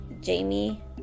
Jamie